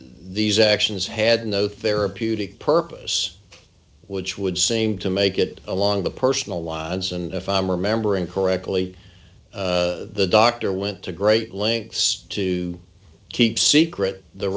these actions had no therapeutic purpose which would seem to make it along the personal lines and if i'm remembering correctly the dr went to great lengths to keep secret the